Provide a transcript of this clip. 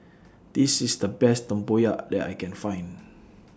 This IS The Best Tempoyak that I Can Find